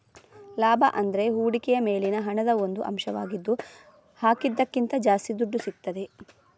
ಲಾಭ ಅಂದ್ರೆ ಹೂಡಿಕೆಯ ಮೇಲಿನ ಹಣದ ಒಂದು ಅಂಶವಾಗಿದ್ದು ಹಾಕಿದ್ದಕ್ಕಿಂತ ಜಾಸ್ತಿ ದುಡ್ಡು ಸಿಗ್ತದೆ